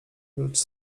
lecz